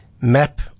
Map